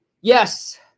Yes